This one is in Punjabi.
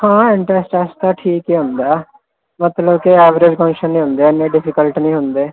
ਹਾਂ ਇੰਟਰੈਂਸ ਟੈਸਟ ਤਾਂ ਠੀਕ ਹੀ ਹੁੰਦਾ ਮਤਲਬ ਕਿ ਐਵਰੇਜ ਕੁਐਸ਼ਨ ਦੇ ਹੁੰਦੇ ਇੰਨੇ ਡਿਫੀਕਲਟ ਨਹੀਂ ਹੁੰਦੇ